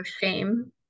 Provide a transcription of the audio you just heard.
shame